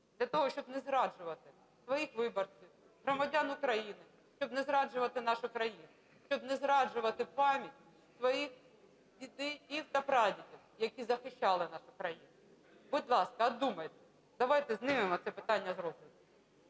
для того, щоб не зраджувати своїх виборців, громадян України, щоб не зраджувати нашу країну, щоб не зраджувати пам'ять своїх дідів та прадідів, які захищали нашу країну. Будь ласка, одумайтесь. Давайте знімемо це питання з